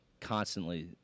constantly